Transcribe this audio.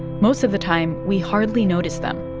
most of the time, we hardly notice them.